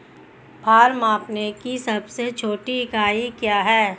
भार मापने की सबसे छोटी इकाई क्या है?